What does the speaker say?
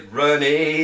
runny